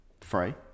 Free